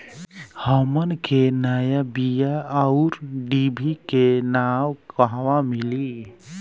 हमन के नया बीया आउरडिभी के नाव कहवा मीली?